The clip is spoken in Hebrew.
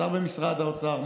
השר במשרד האוצר,